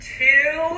two